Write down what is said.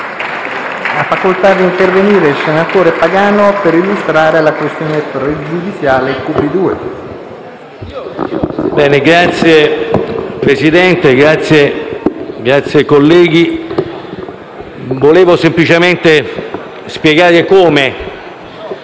Ha facoltà di parlare il senatore Pagano per illustrare la questione pregiudiziale QP2.